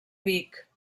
vic